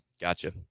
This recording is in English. Gotcha